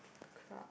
the crowd